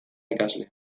ikasle